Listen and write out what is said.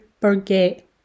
forget